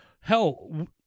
Hell